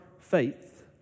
faith